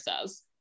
says